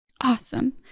Awesome